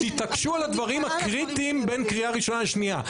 תתעקשו על הדברים הקריטיים בין קריאה ראשונה לשנייה.